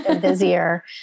busier